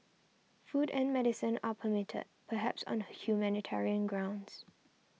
food and medicine are permitted perhaps on humanitarian grounds